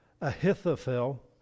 Ahithophel